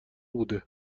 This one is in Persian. بوده